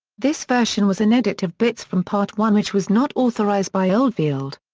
this version was an edit of bits from part one which was not authorised by oldfield.